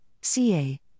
CA